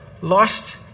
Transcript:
lost